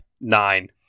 Nine